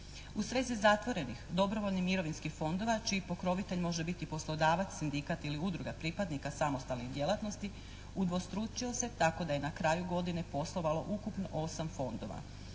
U svezi zatvorenih dobrovoljnih mirovinskih fondova čiji pokrovitelji može biti poslodavac, sindikat ili udruga pripadnika samostalnih djelatnosti udvostručio se tako da je na kraju godine poslovalo ukupno 8 fondova.